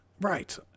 Right